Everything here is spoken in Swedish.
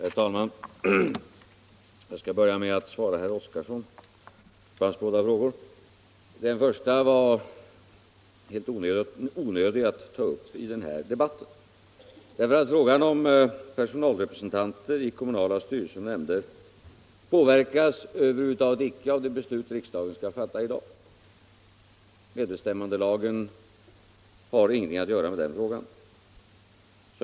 Herr talman! Jag skall börja med att svara på herr Oskarsons båda frågor. Den första var helt onödig att ta upp i denna debatt, därför att frågan om personalrepresentanter i kommunala styrelser och nämnder påverkas över huvud taget inte av det beslut som riksdagen skall fatta i dag. Medbestämmandelagen har ingenting att göra med den frågan.